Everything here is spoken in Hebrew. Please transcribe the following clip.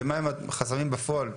ומהם החסמים בפועל,